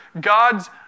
God's